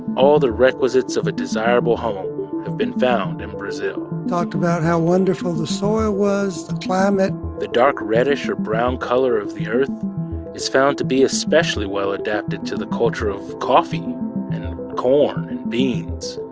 all the requisites of a desirable home have been found in brazil talked about how wonderful the soil was, the climate the dark reddish or brown color of the earth is found to be especially well-adapted to the culture of coffee and corn and beans.